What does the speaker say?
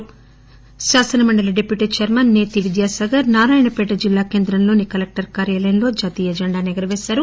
రాష్ట శాసనమండలి deputy chairman Sethi Vidyasagar Narayanpet జిల్లా కేంద్రంలోని కలెక్టర్ కార్యాలయంలో జాతీయ జెండాను ఎగరపేశారు